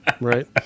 right